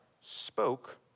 spoke